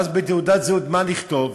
ואז בתעודת זהות מה נכתוב?